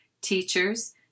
Teachers